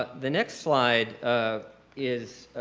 the next slide um is